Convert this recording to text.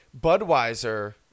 Budweiser